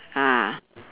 ah